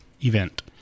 event